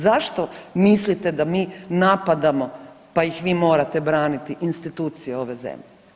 Zašto mislite da mi napadamo pa ih vi morate braniti institucije ove zemlje?